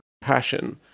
passion